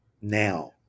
now